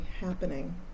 happening